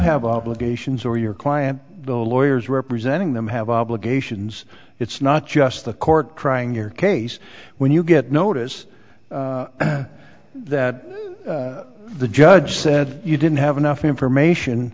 have obligations or your client the lawyers representing them have obligations it's not just the court crying your case when you get notice that the judge said you didn't have enough information